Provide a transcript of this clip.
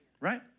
right